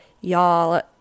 Y'all